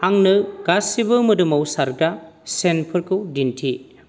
आंनो गासैबो मोदोमाव सारग्रा सेन्टफोरखौ दिन्थि